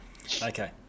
okay